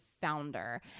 founder